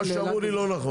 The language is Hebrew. מה שאמרו לי לא נכון.